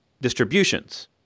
distributions